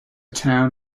town